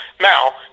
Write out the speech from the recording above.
Now